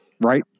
right